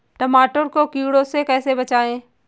टमाटर को कीड़ों से कैसे बचाएँ?